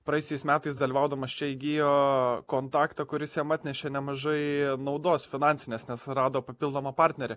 praėjusiais metais dalyvaudamas čia įgijo kontaktą kuris jam atnešė nemažai naudos finansinės nes rado papildomą partnerį